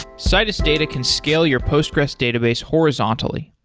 citus data can scale your postgres database horizontally.